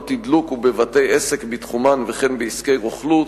תדלוק ובבתי-עסק בתחומן וכן בעסקי רוכלות,